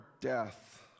death